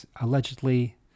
allegedly